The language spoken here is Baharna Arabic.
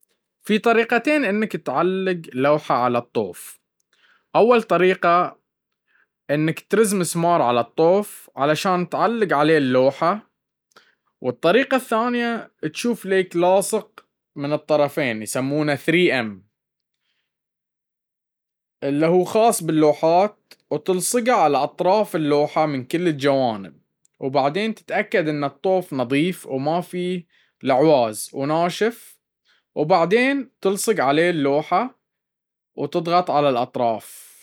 في طريقتين انك تعلق لوحة على الطوف أول طريقة انكك ترز مسمار على الطوف علشان تعلق اللوحة والطريقة الثانية تشوف ليك لاصق من الطرفين ايسمونه 3 إم مال الخاص باللوحات وتلصقه على اطراف اللوحة من كل الجوانب وبعدين تتأكد انه الطوف نظيف وما فيه لعواز وناشف وبعدين تلصف اللوحة.